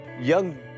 young